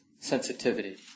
sensitivity